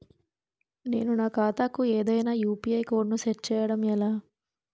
నేను నా ఖాతా కు ఏదైనా యు.పి.ఐ కోడ్ ను సెట్ చేయడం ఎలా?